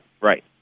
right